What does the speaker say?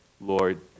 Lord